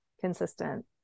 consistent